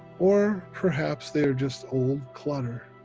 or perhaps they are just old clutter.